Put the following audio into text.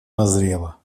назрело